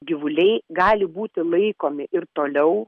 gyvuliai gali būti laikomi ir toliau